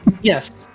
Yes